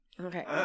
Okay